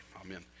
Amen